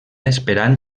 esperant